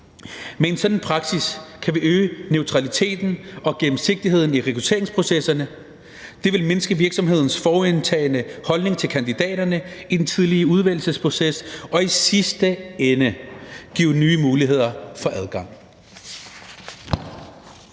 Med en sådan praksis kan vi øge neutraliteten og gennemsigtigheden i rekrutteringsprocesserne. Det vil mindske virksomhedens forudindtagne holdning til kandidaterne i den tidlige udvælgelsesproces og i sidste ende give nye muligheder for adgang.